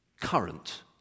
current